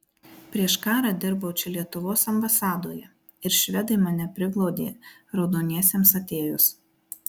prieš karą dirbau čia lietuvos ambasadoje ir švedai mane priglaudė raudoniesiems atėjus